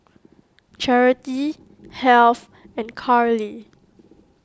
Charity Heath and Carley